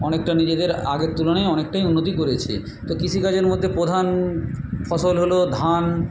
অনেকটা নিজেদের আগের তুলনায় অনেকটাই উন্নতি করেছে তো কৃষিকাজের মধ্যে প্রধান ফসল হল ধান